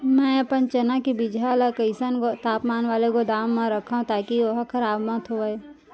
मैं अपन चना के बीजहा ल कइसन तापमान वाले गोदाम म रखव ताकि ओहा खराब मत होवय?